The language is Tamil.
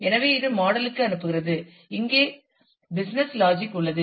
எனவே இது மாடல் க்கு அனுப்புகிறது இது இங்கே பிசினஸ் லாஜிக் உள்ளது